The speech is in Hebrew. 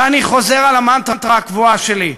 ואני חוזר על המנטרה הקבועה שלי: